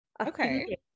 Okay